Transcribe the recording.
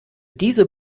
diese